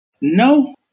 No